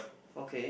okay